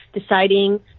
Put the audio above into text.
deciding